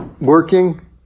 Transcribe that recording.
working